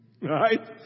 Right